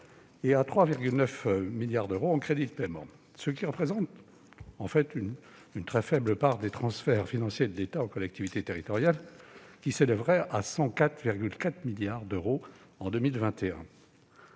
et à 3,9 milliards d'euros en crédits de paiement, ce qui ne représente qu'une très faible part des transferts financiers de l'État aux collectivités territoriales, lesquels s'élèveraient à 104,4 milliards d'euros en 2021.